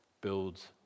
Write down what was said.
builds